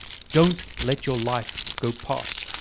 don't let your life go past.